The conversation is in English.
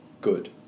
Good